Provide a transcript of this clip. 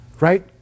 right